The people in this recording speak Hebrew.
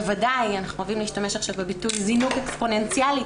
בוודאי אנחנו אוהבים עכשיו להשתמש בביטוי זינוק אקספוננציאלי